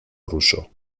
ruso